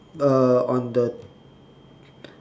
uh on the